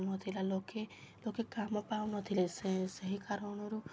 ନଥିଲା ଲୋକେ ଲୋକେ କାମ ପାଉନଥିଲେ ସେ ସେହି କାରଣରୁ